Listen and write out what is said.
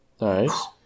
Nice